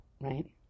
right